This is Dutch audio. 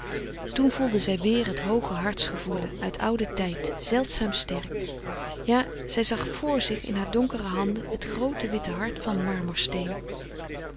toen voelde zij weer het hooge harts gevoelen uit ouden tijd zeldzaam sterk ja zij zag vr zich in haar donkere handen het groote witte hart van marmorsteen